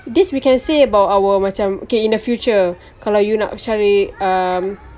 this we can say about our macam okay in the future kalau you nak cari um